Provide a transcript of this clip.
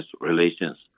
relations